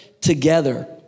together